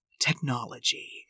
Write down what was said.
technology